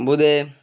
বোঁদে